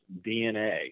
DNA